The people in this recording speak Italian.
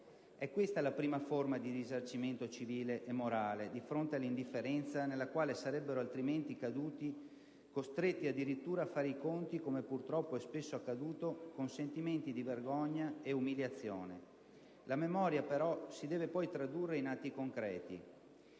È questa la prima forma di risarcimento civile e morale di fronte all'indifferenza nella quale sarebbero altrimenti caduti, costretti addirittura a far i conti, come purtroppo è spesso accaduto, con sentimenti di vergogna e umiliazione. La memoria, però, si deve poi tradurre in atti concreti